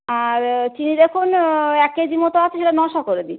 আর চিনি দেখুন এক কেজি মতো আছে সেটা নশো করে দিন